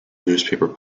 newspaper